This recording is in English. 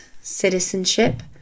citizenship